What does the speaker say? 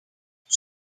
het